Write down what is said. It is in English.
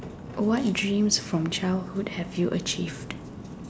what dreams from childhood have you achieved